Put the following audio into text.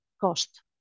cost